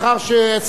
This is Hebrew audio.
אנחנו נצביע.